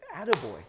attaboy